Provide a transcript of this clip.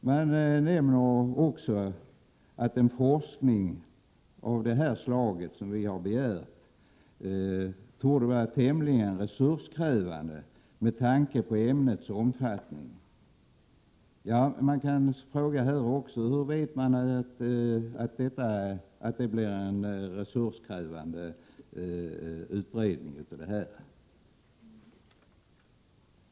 Utskottet nämner också att en forskning av det slag som vi har begärt torde vara tämligen resurskrävande med tanke på ämnets omfattning. Man kan också här fråga: Hur vet man att en utredning av det blir resurskrävande?